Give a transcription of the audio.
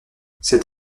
cet